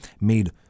made